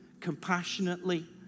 compassionately